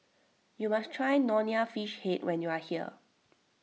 you must try Nonya Fish Head when you are here